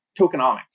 tokenomics